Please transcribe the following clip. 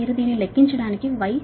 మీరు దీన్ని లెక్కించడానికి Y మీ 0